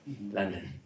London